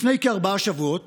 לפני כארבעה שבועות